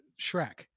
Shrek